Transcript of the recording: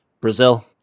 Brazil